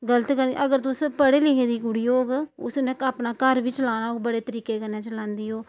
गल्त गल्ल अगर तुस पढ़े लिखी दी कुड़ी होग उस्सी उ'न्नै अपना घर बी चलाना होग बड़े तरीके कन्नै चलांदी ओह्